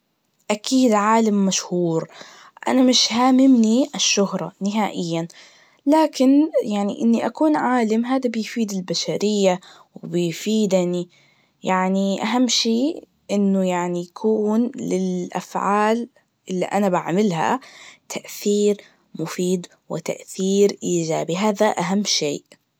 أكيد عالم مشهور, أنا مش هاممني الشهرة نهائياً, لكتن يعني إنني أكون عالم هادا بيفيد البشرية, وبيفيدني يعني أهم شي إنه يعني يكون للأفعال اللي أنا بعملها تأثير مفيد, وتأثير إيجابي, هذا أهم شي.